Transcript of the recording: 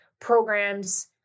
programs